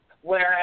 whereas